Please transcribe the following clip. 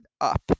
up